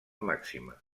màxima